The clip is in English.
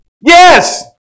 Yes